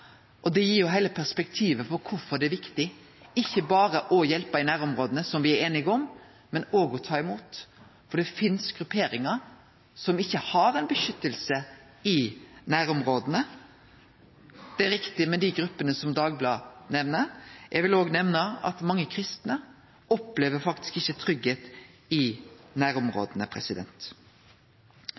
og det gir heile perspektivet for kvifor det er viktig ikkje berre å hjelpe i nærområda, som me er einige om, men òg å ta imot, for det finst grupperingar som ikkje har eit vern i nærområda. Det er viktig med dei gruppene som Dagbladet nemner, eg vil òg nemne at mange kristne faktisk ikkje opplever tryggleik i nærområda.